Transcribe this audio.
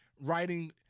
writing